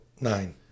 nine